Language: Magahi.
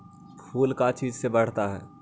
फूल का चीज से बढ़ता है?